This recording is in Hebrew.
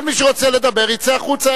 כל מי שרוצה לדבר יצא החוצה.